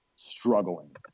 struggling